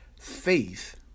Faith